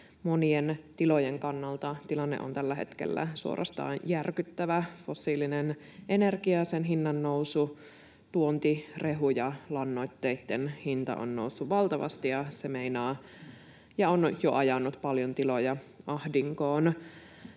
monien tilojen kannalta tilanne on tällä hetkellä suorastaan järkyttävä. Fossiilinen energia ja sen hinnannousu — tuontirehun ja lannoitteitten hinta on noussut valtavasti, [Petri Huru: Kiitos vihreän siirtymän!] ja se on jo ajanut paljon tiloja ahdinkoon.